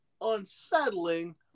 unsettling